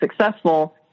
successful